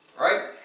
right